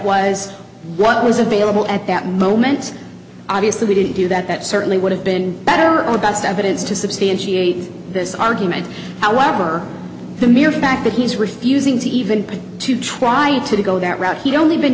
was what was available at that moment obviously we didn't do that that certainly would have been better or best evidence to substantiate this argument however the mere fact that he's refusing to even pay to try to go that route he only been